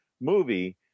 movie